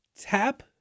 tap